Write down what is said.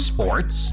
Sports